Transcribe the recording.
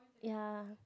ya